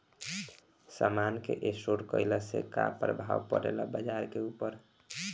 समान के स्टोर काइला से का प्रभाव परे ला बाजार के ऊपर?